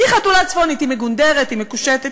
היא חתולה צפונית, היא מגונדרת, היא מקושטת.